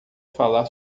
falar